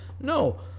No